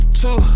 two